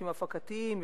פרויקטים הפקתיים,